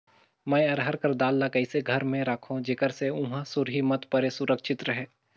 मैं अरहर कर दाल ला कइसे घर मे रखों जेकर से हुंआ सुरही मत परे सुरक्षित रहे?